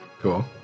Cool